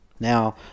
Now